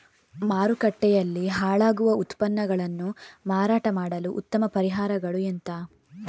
ಮಾರುಕಟ್ಟೆಯಲ್ಲಿ ಹಾಳಾಗುವ ಉತ್ಪನ್ನಗಳನ್ನು ಮಾರಾಟ ಮಾಡಲು ಉತ್ತಮ ಪರಿಹಾರಗಳು ಎಂತ?